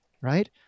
right